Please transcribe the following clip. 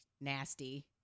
nasty